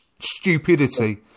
stupidity